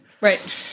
Right